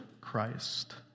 Christ